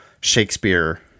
Shakespeare